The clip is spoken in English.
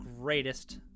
greatest